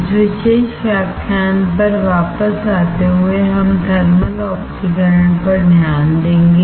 इस विशेष व्याख्यान पर वापस आते हुए हम थर्मल ऑक्सीकरण पर ध्यान देंगे